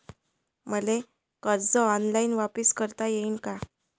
मले कर्ज ऑनलाईन वापिस करता येईन का?